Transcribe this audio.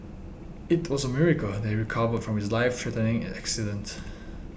it was a miracle that he recovered from his life threatening accident